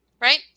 right